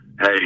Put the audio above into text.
hey